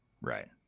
Right